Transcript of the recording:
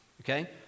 okay